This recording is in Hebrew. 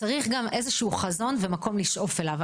צריך גם איזשהו חזון ומקום לשאוף אליו.